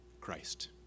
Christ